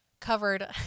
covered